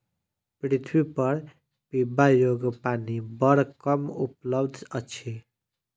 पृथ्वीपर पीबा योग्य पानि बड़ कम उपलब्ध अछि